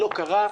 לא קרה.